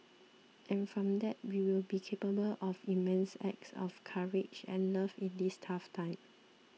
and from that we will be capable of immense acts of courage and love in this tough time